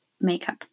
makeup